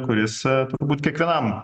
kuris turbūt kiekvienam